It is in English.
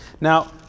Now